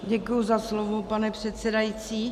Děkuji za slovo, pane předsedající.